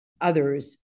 others